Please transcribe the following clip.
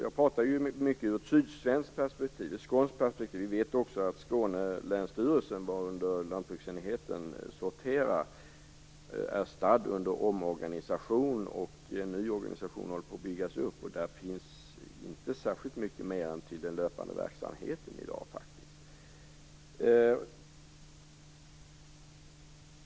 Jag talar ju mycket i ett sydsvenskt perspektiv, ett skånskt perspektiv. Vi vet också att länsstyrelsen i Skåne, under vilken lantbruksenheten sorterar, är stadd under omorganisation. En ny organisation håller på att byggas upp, och där finns i dag inte särskilt mycket mer resurser än till den löpande verksamheten.